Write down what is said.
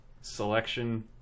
selection